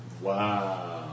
Wow